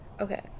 Okay